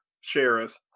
sheriff